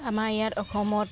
আমাৰ ইয়াত অসমত